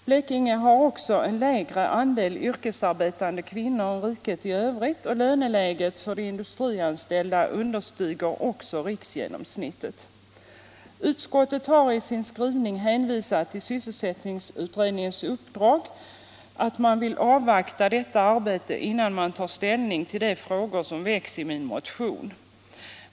Blekinge har också en lägre andel yrkesarbetande kvinnor än riket i övrigt, och löneläget för de industrianställda understiger också riksgenomsnittet. Utskottet har i sin skrivning hänvisat till sysselsättningsutredningen och säger att man vill avvakta dess arbete innan man tar ställning till de frågor som har väckts i min motion.